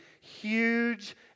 huge